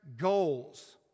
goals